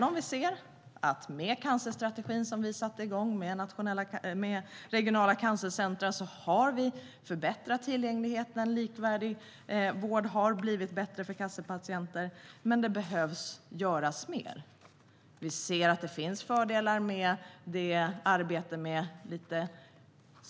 Med cancerstrategin, som vi satte igång, och nationella cancercentrum har vi förbättrat tillgängligheten, och vården för cancerpatienter har blivit mer likvärdig. Men det behöver göras mer.